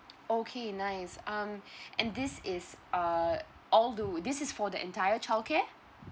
okay nice um and this is uh all do this is for the entire childcare